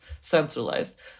centralized